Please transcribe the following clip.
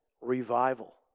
revival